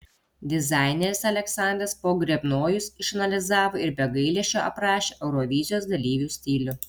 dizaineris aleksandras pogrebnojus išanalizavo ir be gailesčio aprašė eurovizijos dalyvių stilių